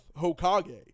Hokage